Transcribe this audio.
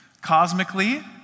Cosmically